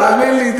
האמן לי,